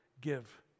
Give